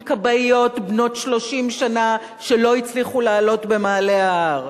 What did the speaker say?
כבאיות בנות 30 שנה שלא הצליחו לעלות במעלה ההר,